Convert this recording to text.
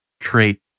create